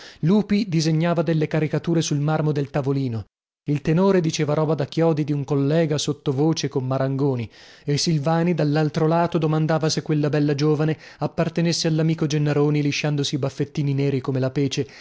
lupi disegnava delle caricature sul marmo del tavolino il tenore diceva roba da chiodi di un collega sottovoce con marangoni e silvani dallaltro lato domandava se quella bella giovane appartenesse allamico gennaroni lisciandosi i baffettini neri come la pece